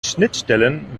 schnittstellen